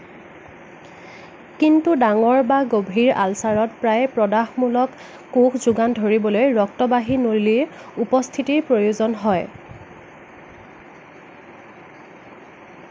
কিন্তু ডাঙৰ বা গভীৰ আলচাৰত প্ৰায়ে প্ৰদাহমূলক কোষ যোগান ধৰিবলৈ ৰক্তবাহী নলীৰ উপস্থিতিৰ প্ৰয়োজন হয়